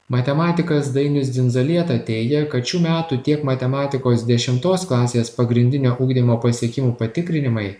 matematikas dainius dzinzalieta teigia kad šių metų tiek matematikos dešimtos klasės pagrindinio ugdymo pasiekimų patikrinimai